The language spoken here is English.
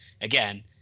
again